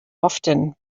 often